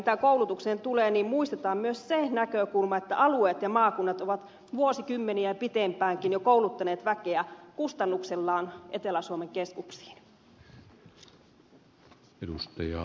mitä koulutukseen tulee muistetaan myös se näkökulma että alueet ja maakunnat ovat vuosikymmeniä ja pitempäänkin jo kouluttaneet väkeä kustannuksellaan etelä suomen keskuksiin